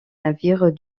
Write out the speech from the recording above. navire